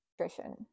nutrition